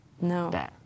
no